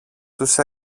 τους